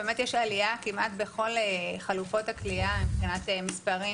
יש עלייה כמעט בכל חלופות הכליאה מבחינת מספרים